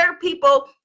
people